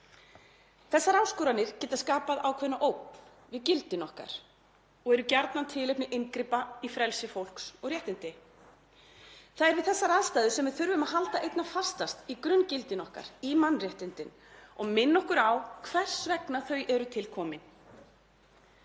Þessar áskoranir geta skapað ákveðna ógn við gildin okkar og eru gjarnan tilefni inngripa í frelsi fólks og réttindi. Það er við þessar aðstæður sem við þurfum að halda einna fastast í grunngildin okkar, í mannréttindin, og minna okkur á hvers vegna þau eru til komin.